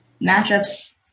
matchups